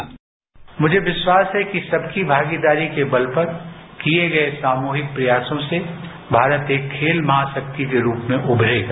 bite मुझे विश्वास है कि सबकी भागीदारी के बल पर किए गए सामूहिक प्रयासों से भारत एक खेल महाशक्ति के रूप में उमरेगा